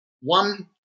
one